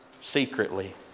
secretly